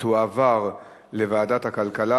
לוועדת הכלכלה